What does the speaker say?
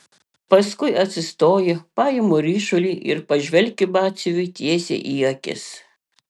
paskui atsistoju paimu ryšulį ir pažvelgiu batsiuviui tiesiai į akis